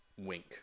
wink